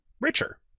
richer